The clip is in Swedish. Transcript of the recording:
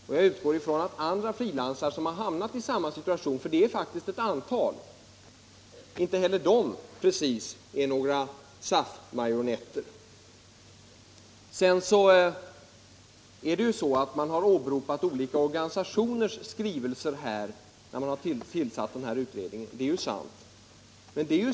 Och jag utgår från att andra frilansare — de är faktiskt ett antal — som har hamnat i samma situation inte heller precis är några SAF-marionetter. Det är sant att olika organisationers skrivelser har åberopats när denna utredning tillsatts.